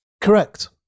Correct